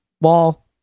wall